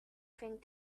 thing